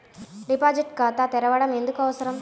Deposit ఖాతా తెరవడం ఎందుకు అవసరం?